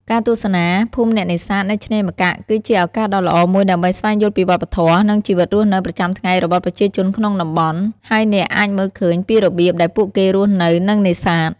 ការទស្សនាភូមិអ្នកនេសាទ នៅឆ្នេរម្កាក់ គឺជាឱកាសដ៏ល្អមួយដើម្បីស្វែងយល់ពីវប្បធម៌ និងជីវិតរស់នៅប្រចាំថ្ងៃរបស់ប្រជាជនក្នុងតំបន់ ហើយអ្នកអាចមើលឃើញពីរបៀបដែលពួកគេរស់នៅ និងនេសាទ។